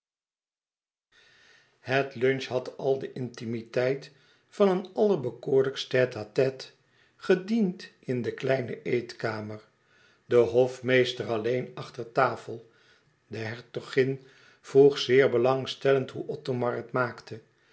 het lunch had al de intimiteit van een allerbekoorlijkst tête-à-tête gediend in de kleine eetkamer de hofmeester alleen achter tafel de hertogin vroeg zeer belangstellend hoe othomar het maakte